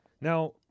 Now